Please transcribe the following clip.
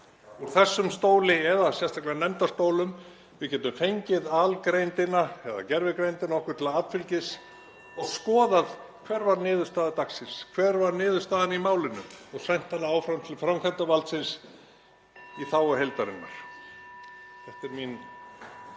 úr þessum stóli eða sérstaklega nefndastólum. Við getum fengið algreindina eða gervigreindina okkur til atfylgis og skoðað hver var niðurstaða dagsins, (Forseti hringir.) hver var niðurstaðan í málinu, og sent hana áfram til framkvæmdarvaldsins í þágu heildarinnar. Þetta er mín